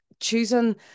choosing